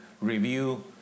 review